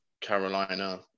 Carolina